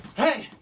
hey,